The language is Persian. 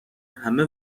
همه